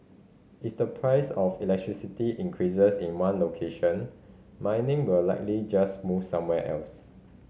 is the price of electricity increases in one location mining will likely just move somewhere else